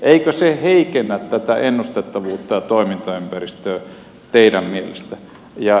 eikö se heikennä tätä ennustettavuutta ja toimintaympäristöä teidän mielestänne